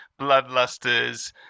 bloodlusters